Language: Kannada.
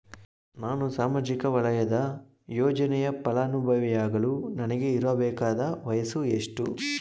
ನಾನು ಸಾಮಾಜಿಕ ವಲಯದ ಯೋಜನೆಯ ಫಲಾನುಭವಿಯಾಗಲು ನನಗೆ ಇರಬೇಕಾದ ವಯಸ್ಸುಎಷ್ಟು?